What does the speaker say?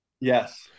yes